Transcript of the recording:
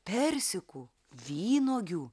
persikų vynuogių